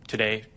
today